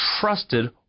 trusted